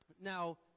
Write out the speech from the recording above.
now